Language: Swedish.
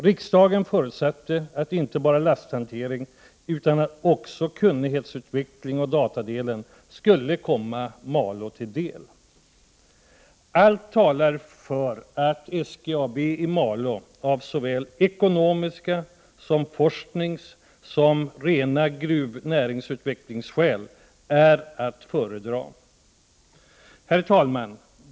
Riksdagen förutsatte att inte bara lasthantering utan också kunnighetsutveckling och datahantering skulle komma Malå till del. Allt talar för att SGAB i Malå av såväl ekonomiska skäl och forskningsskäl som rena näringsutvecklingsskäl är att föredra. Herr talman!